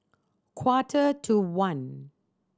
quarter to one